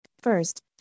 First